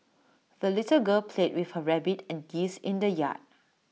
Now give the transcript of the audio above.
the little girl played with her rabbit and geese in the yard